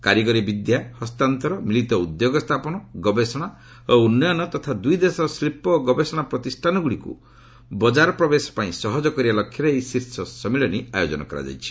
କାରିଗରି ବିଦ୍ୟା ହସ୍ତାନ୍ତର ମିଳିତ ଉଦ୍ୟୋଗ ସ୍ଥାପନ ଗବେଷଣା ଓ ଉନ୍ନୟନ ତଥା ଦୁଇ ଦେଶର ଶିଳ୍ପ ଓ ଗବେଷଣା ପ୍ରତିଷ୍ଠାନଗୁଡ଼ିକୁ ବଜାର ପ୍ରବେଶ ପାଇଁକୁ ସହଜ କରିବା ଲକ୍ଷ୍ୟରେ ଏହି ଶିର୍ଷ ସମ୍ମିଳନୀ ଆୟୋଜନ କରାଯାଇଛି